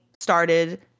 started